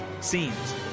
scenes